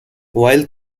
while